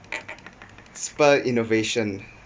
spur innovation